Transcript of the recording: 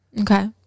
Okay